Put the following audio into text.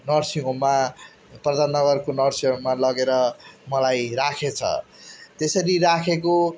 nursing होममा प्रधान नगरको नर्सिङ होममा लगेर मलाई राखेछ त्यसरी राखेको